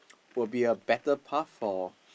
will be a better path or